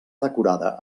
decorada